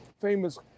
Famous